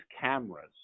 cameras